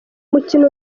mukino